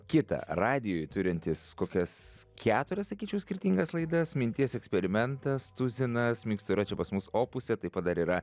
kita radijuj turintis kokias keturias sakyčiau skirtingas laidas minties eksperimentas tuzinas mikstūra yra čia pas mus opuse tai pat dar yra